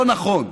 לא נכון,